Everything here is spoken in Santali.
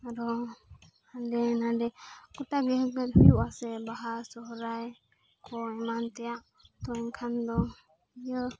ᱟᱨᱦᱚᱸ ᱦᱟᱸᱰᱮ ᱱᱟᱰᱮ ᱜᱚᱴᱟ ᱜᱮ ᱦᱩᱭᱩᱜᱼᱟ ᱥᱮ ᱵᱟᱦᱟ ᱥᱚᱦᱚᱨᱟᱭ ᱠᱚ ᱮᱢᱟᱱ ᱛᱮᱭᱟᱜ ᱛᱚ ᱮᱱᱠᱷᱟᱱ ᱫᱚ ᱤᱭᱟᱹ